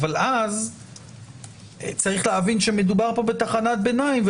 אבל אז צריך להבין שמדובר פה בתחנת ביניים,